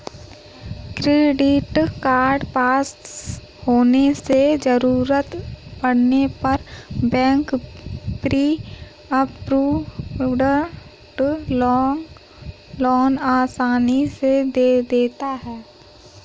credit card pass होने से जरूरत पड़ने पर बैंक प्री अप्रूव्ड लोन आसानी से दे देता है